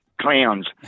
Clowns